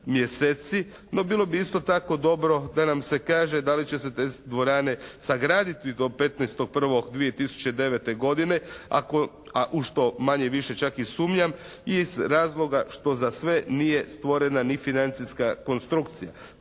no bilo bi isto tako dobro da nam se kaže da li će se te dvorane sagraditi do 15.1.2009. godine, a u što manje-više čak i sumnjam iz razloga što za sve nije stvorena ni financijska konstrukcija.